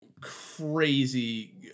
crazy